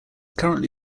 currently